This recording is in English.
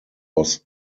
was